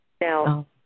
Now